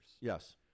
Yes